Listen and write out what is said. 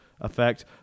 effect